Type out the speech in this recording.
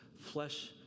flesh